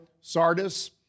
Sardis